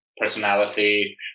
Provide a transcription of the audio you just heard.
personality